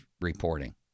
reporting